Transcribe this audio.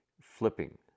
flipping